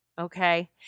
okay